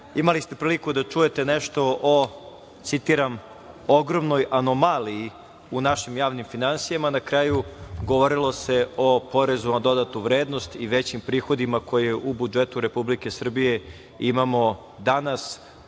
važne. Imali ste priliku da čujete nešto o citiram – ogromnoj anomaliji u našim javnim finansijama, na kraju govorilo se o porezu na dodatu vrednost i većim prihodima koje u budžetu Republike Srbije imamo danas